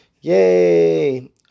yay